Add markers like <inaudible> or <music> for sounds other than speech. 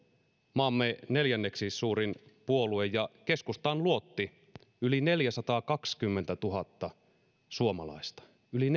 maamme neljänneksi suurin puolue ja keskustaan luotti yli neljäsataakaksikymmentätuhatta suomalaista yli <unintelligible>